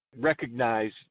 recognize